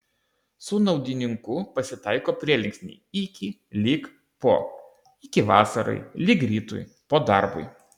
su naudininku pasitaiko prielinksniai iki lig po iki vasarai lig rytui po darbui